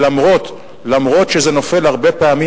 אף שזה נופל הרבה פעמים,